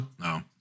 no